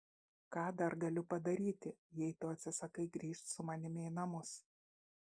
ką dar galiu padaryti jei tu atsisakai grįžt su manimi į namus